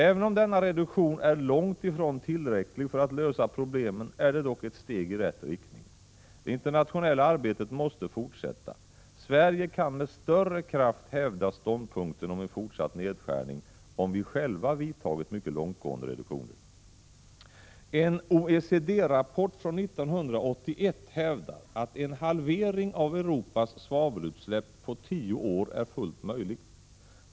Även om denna reduktion är långt ifrån tillräcklig för att lösa problemen är det dock ett steg i rätt riktning. Det internationella arbetet måste fortsätta. Sverige kan med större kraft hävda ståndpunkten av en fortsatt nedskärning, om vi själva vidtagit mycket långtgående reduktioner. En OECD-rapport från 1981 hävdar att en halvering av Europas svavelutsläpp på tio år är fullt möjlig.